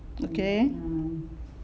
okay